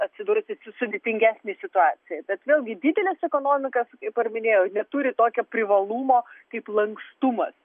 atsidūrusi sudėtingesnėj situacijoj bet vėlgi dideles ekonomikas kaip ar minėjau neturi tokio privalumo kaip lankstumas